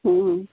ହୁଁ